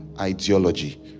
ideology